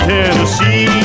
Tennessee